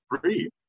free